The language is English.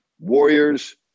Warriors